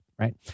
right